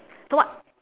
so what